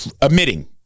admitting